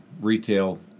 retail